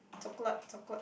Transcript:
chocolate